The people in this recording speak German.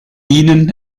minen